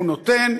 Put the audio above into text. הוא נותן,